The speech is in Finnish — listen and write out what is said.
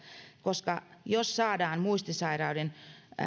koska jos saadaan muistisairauden